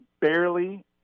barely